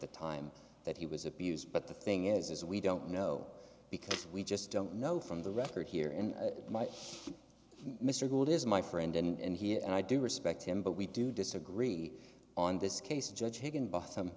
the time that he was abused but the thing is we don't know because we just don't know from the record here in my mr gold is my friend and he and i do respect him but we do disagree on this case judge higginbotham